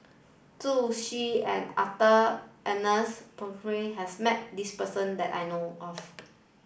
Zhu Xu and Arthur Ernest Percival has met this person that I know of